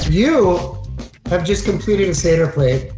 you have just completed a seder plate.